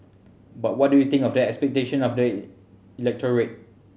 but what do you think of the expectation of the electorate